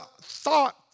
thought